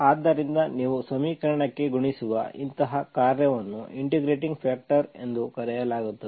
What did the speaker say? ಆದ್ದರಿಂದ ನೀವು ಸಮೀಕರಣಕ್ಕೆ ಗುಣಿಸುವ ಇಂತಹ ಕಾರ್ಯವನ್ನು ಇಂಟಿಗ್ರೇಟಿಂಗ್ ಫ್ಯಾಕ್ಟರ್ ಎಂದು ಕರೆಯಲಾಗುತ್ತದೆ